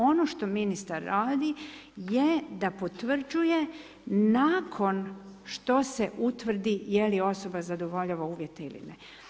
Ono što ministar radi je da potvrđuje nakon što se utvrdi je li osoba zadovoljava uvjete ili ne.